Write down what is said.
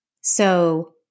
So-